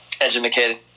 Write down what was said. Educated